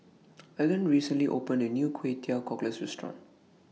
Vaughn recently opened A New Kway Teow Cockles Restaurant